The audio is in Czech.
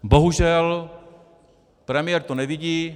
Bohužel premiér to nevidí.